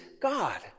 God